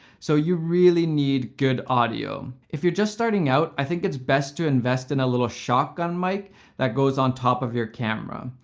so you really need good audio. if you're just starting out, i think it's best to invest in a little shotgun mic that goes on top of your camera.